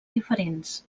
diferents